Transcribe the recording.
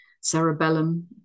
cerebellum